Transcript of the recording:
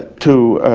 to,